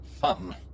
Fun